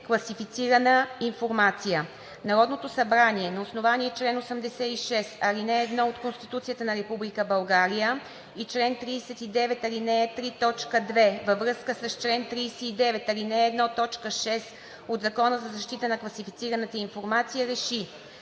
класифицирана информация Народното събрание на основание чл. 86, ал. 1 от Конституцията на Република България и чл. 39, ал. 3, т. 2 във връзка с чл. 39, ал. 1, т. 6 от Закона за защита на класифицираната информация